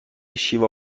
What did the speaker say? شیوا